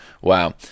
Wow